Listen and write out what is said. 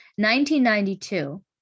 1992